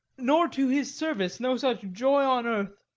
nor to his service no such joy on earth.